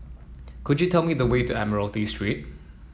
could you tell me the way to Admiralty Street